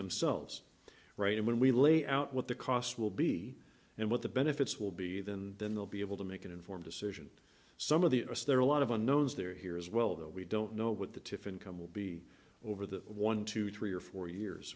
themselves right and when we lay out what the cost will be and what the benefits will be then and then they'll be able to make an informed decision some of the interest there are a lot of unknowns there here as well that we don't know what the tiff income will be over that one two three or four years